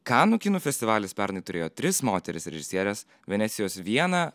kanų kino festivalis pernai turėjo tris moteris režisieres venecijos vieną